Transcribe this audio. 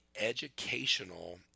educational